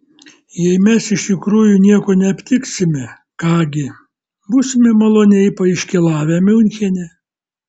jei mes iš tikrųjų nieko neaptiksime ką gi būsime maloniai paiškylavę miunchene